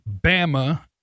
Bama